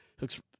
looks